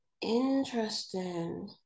interesting